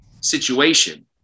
situation